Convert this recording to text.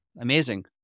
amazing